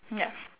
ya